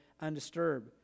undisturbed